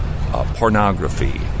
pornography